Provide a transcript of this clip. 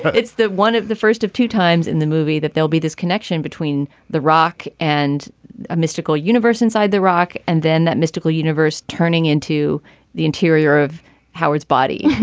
but it's that one of the first of two times in the movie that there'll be this connection between the rock and a mystical universe inside the rock, and then that mystical universe turning into the interior of howard's body.